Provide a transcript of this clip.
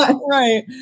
Right